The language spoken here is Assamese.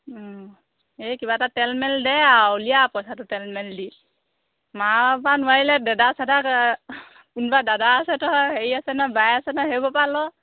এই কিবা এটা তেল মেল দে আৰু উলিয়া আৰু পইছাটো তেল মেল দি মাৰপৰা নোৱাৰিলে দাদা চাদাক কোনোবা দাদা আছে নহয় হেৰি আছে বাই আছে নহয় সেইবোৰৰপৰা ল